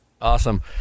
Awesome